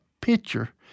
picture